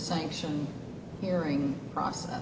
sanction hearing process